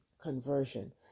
conversion